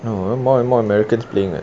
no more and more americans playing [what]